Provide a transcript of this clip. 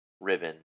ribbon